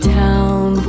town